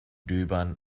döbern